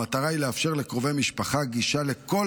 המטרה היא לאפשר לקרובי משפחה גישה לכל